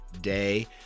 day